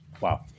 Wow